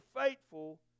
faithful